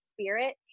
spirit